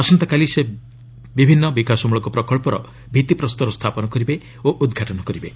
ଆସନ୍ତାକାଲି ସେ ବିଭିନନ ବିକାଶମୂଳକ ପ୍ରକଳ୍ପର ଭିଭିପ୍ରସ୍ତର ସ୍ଥାପନ କରିବେ ଓ ଉଦ୍ଘାଟନ କରିବେ